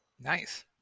Nice